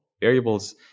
variables